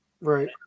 Right